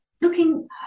Looking